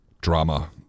drama